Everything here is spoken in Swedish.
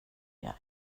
jag